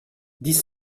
dix